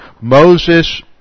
Moses